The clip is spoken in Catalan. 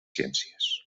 ciències